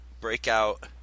breakout